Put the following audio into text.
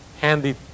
handy